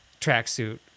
Tracksuit